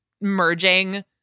merging